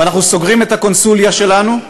או: אנחנו סוגרים את הקונסוליה שלנו,